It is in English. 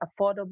affordable